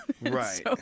right